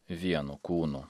vienu kūnu